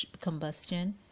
combustion